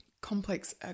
complex